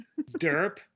Derp